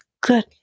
Good